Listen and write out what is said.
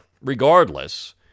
regardless